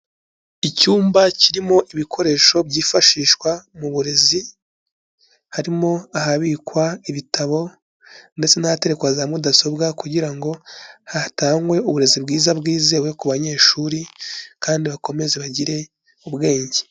Icyumba kirimo ibikoresho byifashishwa mu burezi, harimo ahabikwa ibitabo ndetse n'ahatekwa za Mudasobwa, kugira ngo hatangwe uburezi bwiza bwizewe ku banyeshuri, kandi bakomeze bagire ubwenge.